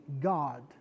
God